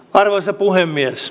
arvoisa puhemies